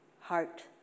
heart